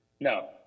no